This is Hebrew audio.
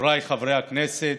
חבריי חברי הכנסת,